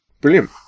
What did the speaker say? Brilliant